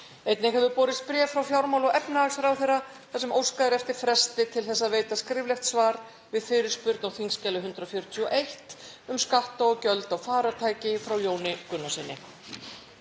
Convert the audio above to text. Einnig hefur borist bréf frá fjármála- og efnahagsráðherra þar sem óskað er eftir fresti til að veita skriflegt svar við fyrirspurn á þskj. 141, um skatta og gjöld á farartæki, frá Jóni Gunnarssyni.